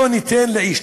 לא ניתן לאיש,